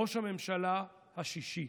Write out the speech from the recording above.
ראש הממשלה השישי.